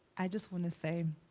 i just wanna say,